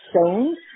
stones